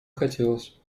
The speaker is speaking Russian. хотелось